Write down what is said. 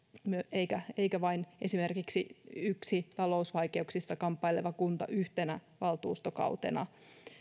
eikä vain esimerkiksi yksi talousvaikeuksissa kamppaileva kunta yhtenä valtuustokautena